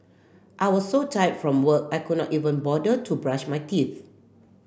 I was so tired from work I could not even bother to brush my teeth